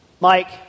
Mike